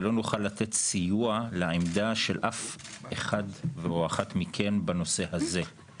ולא נוכל לתת סיוע לעמדה של אף אחד או אחת מכם בנושא הזה.